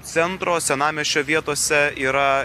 centro senamiesčio vietose yra